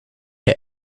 est